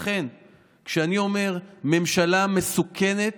לכן כשאני אומר "ממשלה מסוכנת",